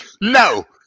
no